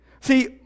See